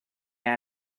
how